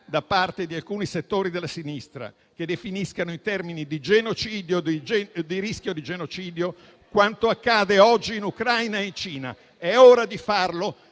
da parte di alcuni settori della sinistra, che definiscano in termini di genocidio o di rischio di genocidio quanto accade oggi in Ucraina e in Cina. È ora di farlo